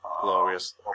glorious